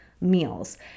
meals